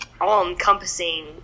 all-encompassing